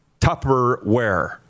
Tupperware